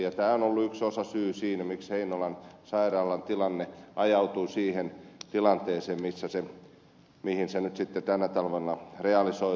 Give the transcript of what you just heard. tämä on ollut yksi osasyy siinä miksi heinolan sairaalan tilanne ajautui siihen tilanteeseen mihin se nyt sitten tänä talvena realisoitui